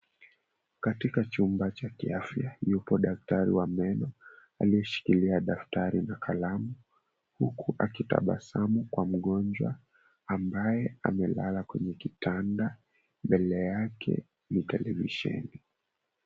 Katika chumba cha kia fya daktari wa meno alieshikila daftari na kalamu huku aki tabasamu kwa mgonjwa ambaye amelala kwa kitanda mbele yake ni televisheni.